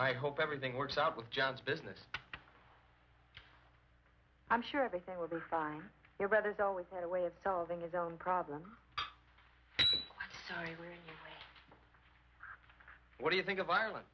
i hope everything works out with john's business i'm sure everything will be fine your brother's always had a way of building his own problem what do you think of ireland